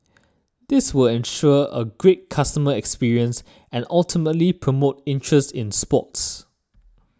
this will ensure a great customer experience and ultimately promote interest in sports